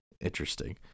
interesting